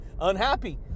Unhappy